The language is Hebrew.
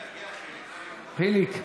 חיליק,